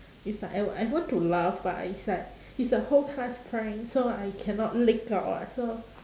it's like I I want to laugh but it's like it's a whole class prank so I cannot leak out [what] so